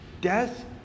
death